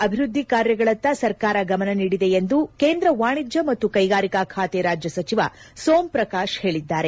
ಅಭಿವೃದ್ಧಿ ಕಾರ್ಯಗಳತ್ತ ಸರ್ಕಾರ ಗಮನ ನೀಡಿದೆ ಎಂದು ಕೇಂದ್ರ ವಾಣಿಜ್ಯ ಮತ್ತು ಕೈಗಾರಿಕಾ ಖಾತೆ ರಾಜ್ಯ ಸಚಿವ ಸೋಮ್ ಪ್ರಕಾಶ್ ಹೇಳಿದ್ದಾರೆ